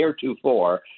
heretofore